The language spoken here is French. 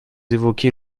évoquez